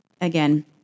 Again